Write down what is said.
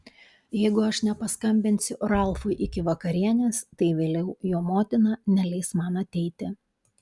jeigu aš nepaskambinsiu ralfui iki vakarienės tai vėliau jo motina neleis man ateiti